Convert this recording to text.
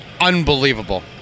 unbelievable